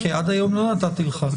כי עד היום לא נתתי לך,